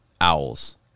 owls